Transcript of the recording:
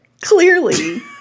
Clearly